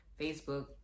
Facebook